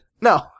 no